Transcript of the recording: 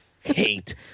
Hate